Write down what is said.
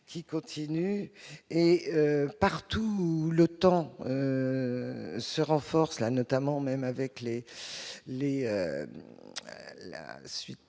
qui continue et partout où le temps se renforce la notamment, même avec les